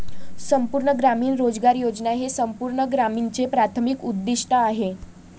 संपूर्ण ग्रामीण रोजगार योजना हे संपूर्ण ग्रामीणचे प्राथमिक उद्दीष्ट आहे